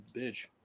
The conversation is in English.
bitch